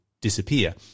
disappear